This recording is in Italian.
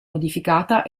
modificata